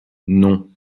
non